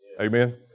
Amen